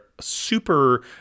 super